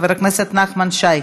חבר הכנסת נחמן שי,